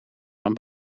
van